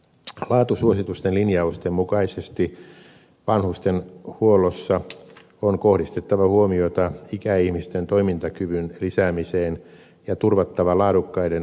laatusuositusten linjausten mukaisesti vanhustenhuollossa on kohdistettava huomiota ikäihmisten toimintakyvyn lisäämiseen ja turvattava laadukkaiden hoitopalvelujen saatavuus